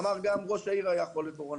אמר שגם ראש העיר היה חולה קורונה.